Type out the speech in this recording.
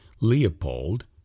Leopold